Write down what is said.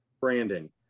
branding